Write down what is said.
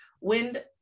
Wind